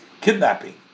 kidnapping